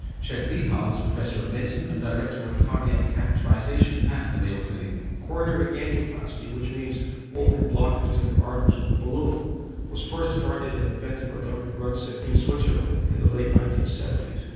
chet rihal is professor of medicine and director of cardiac catheterisation at the mayo clinic. coronary angioplasty which means opening blockages in the arteries with a balloon was first started and invented by dr. gruentzig in switzerland in the late nineteen seventy s.